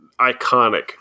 iconic